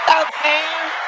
Okay